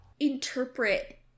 Interpret